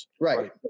Right